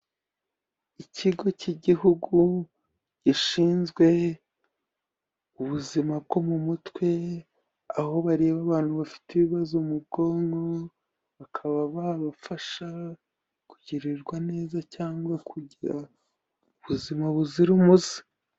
Ikigo cy'igihugu gishinzwe ubuzima bwo mu mutwe aho bareba abantu bafite ibibazo mu bwonko bakaba babafasha kugirirwa neza cyangwa kugira ubuzima buzira umuze.